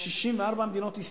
24 מדינות ערביות.